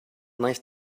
nice